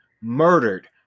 murdered